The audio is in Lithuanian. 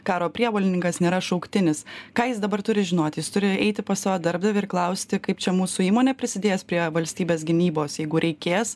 karo prievolininkas nėra šauktinis ką jis dabar turi žinoti jis turėjo eiti pas savo darbdavį ir klausti kaip čia mūsų įmonė prisidės prie valstybės gynybos jeigu reikės